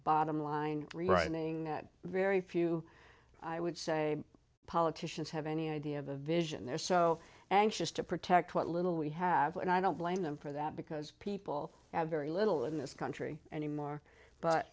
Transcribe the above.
bottom line rewriting that very few i would say politicians have any idea of a vision they're so anxious to protect what little we have and i don't blame them for that because people have very little in this country anymore but